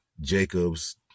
Jacobs